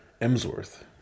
Emsworth